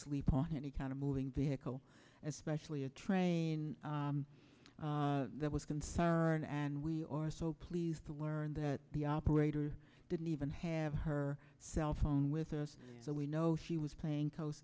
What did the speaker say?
sleep on any kind of moving vehicle especially a train that was concern and we are so pleased to learn that the operator didn't even have her cell phone with us so we know she was playing coast